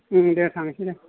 उम उम दे थांसै दे